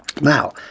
Now